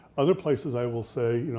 other places i will say, you know